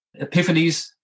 epiphanies